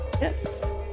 Yes